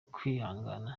kwihangana